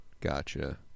Gotcha